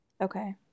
Okay